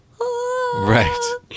right